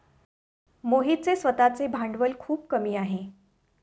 मोहितचे स्वतःचे भांडवल खूप कमी आहे